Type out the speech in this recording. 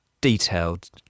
detailed